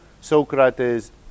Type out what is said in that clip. Socrates